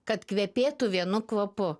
kad kvepėtų vienu kvapu